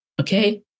okay